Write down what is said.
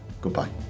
goodbye